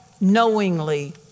knowingly